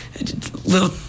little